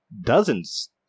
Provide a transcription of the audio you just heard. dozens